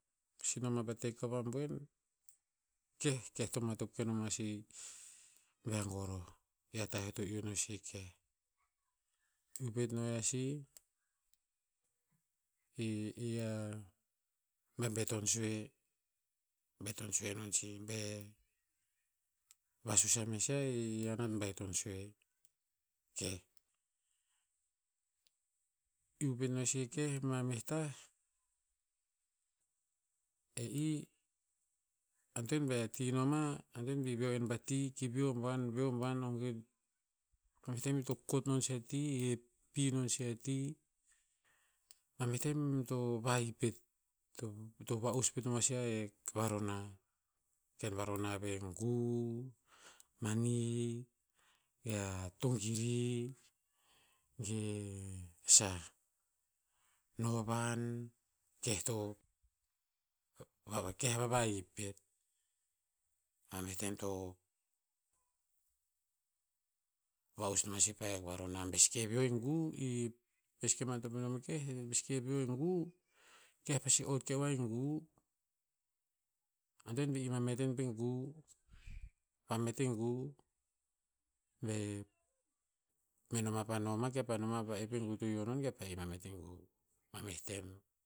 Pasi no ma pa tek oah a boen, keh, keh, to matop ke no moa sih, be goroh. I a tah eo to iu no sih e keh. Iu pet no yiah sih i, i a bebeton sue. Beton sue non sih be, vasus a mes yiah e i a nat baiton sue. Iu pet no sih keh ma meh tah, e i, antoen bea ti no mah, antoen bi veo en pa ti, ki veo buan- veo buan no ki ma meh tem ito kot non sih a ti. He pi non sih a ti. Ma meh tem to vahip pet to va'us pet no moa sih a hek varona. Ken varona veh gu, mani, mea togiri, ge sah, novan keh to. A keh a vavahip pet. Ma meh tem to, va'us no moa si pa hek varona be seke veo e gu, i, be seke matop inom e keh, bi seke veo e gu, keh pasi ot ke oah e gu. Antoen bi mamet en pe gu, vamet e gu, be meh no ma pa no ma ke pah no ma kepa ep e gu to hio non kepa imamet e gu. Ma meh tem.